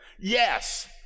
Yes